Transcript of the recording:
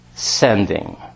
sending